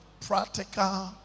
practical